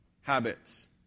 habits